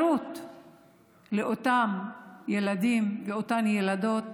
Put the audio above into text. לאותם ילדים ולאותן ילדות